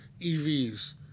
EVs